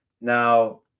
now